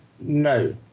No